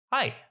Hi